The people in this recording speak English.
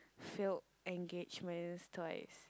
failed engagements twice